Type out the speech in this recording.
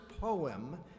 poem